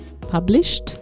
published